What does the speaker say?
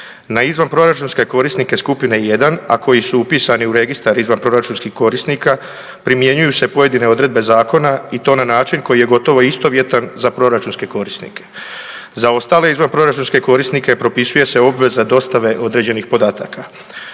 Na izvanproračunske korisnike skupine 1., a koji su upisni u registar izvanproračunskih korisnika primjenjuju se pojedine odredbe zakona i to na način koji je gotovo istovjetan za proračunske korisnike. Za ostale izvanproračunske korisnike propisuje se obveza dostave određenih podataka.